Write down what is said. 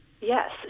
Yes